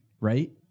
right